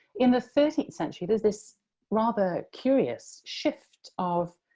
in the thirteenth century, there's this rather curious shift of